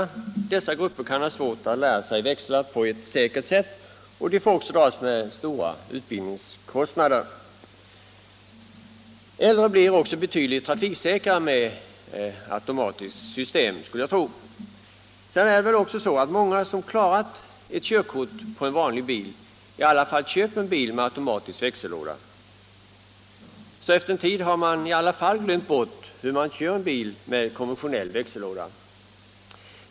De grupper av människor som jag här nämnt kan ha svårt att lära sig växla manuellt på ett säkert sätt. De får nu också dras med stora utbildningskostnader. Jag tror också att äldre människor blir betydligt trafiksäkrare när de kör en bil med automatisk växling. Sedan är det väl också på det sättet att många som har klarat körkort på en vanlig bil ändå köper en bil med automatisk växellåda, och efter en tid har de i så fall glömt bort hur man kör en bil med konventionell växling.